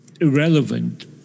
irrelevant